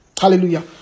hallelujah